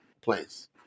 place